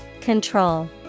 Control